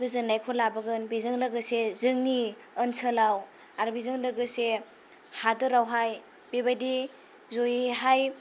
गोजोननायखौ लाबोगोन बेजों लोगोसे जोंनि ओनसोलाव आरो बेजों लोगोसे हादरावहाय बेबादि जयैहाय